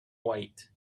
white